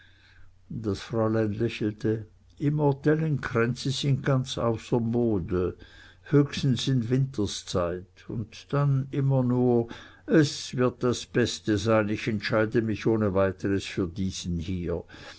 das fräulein lächelte immortellenkränze sind ganz außer mode höchstens in winterzeit und dann immer nur es wird das beste sein ich entscheide mich ohne weiteres für diesen hier